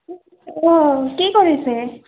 অঁ কি কৰিছে